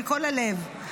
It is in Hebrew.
מכל הלב.